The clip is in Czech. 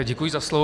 Děkuji za slovo.